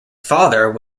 father